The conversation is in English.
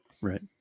Right